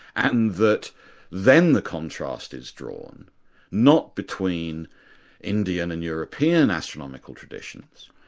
and that then the contrast is drawn not between indian and european astronomical traditions,